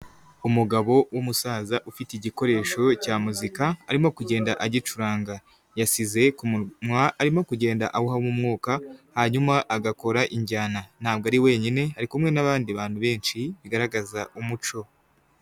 Umugabo w'umusaza ufite igikoresho cya muzika arimo kugenda agicuranga. Yasize arimo kugenda ahuhamo umwuka, hanyuma agakora injyana. Ntabwo ari wenyine, ari kumwe n'abandi bantu benshi bigaragaza umuco.